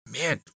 Man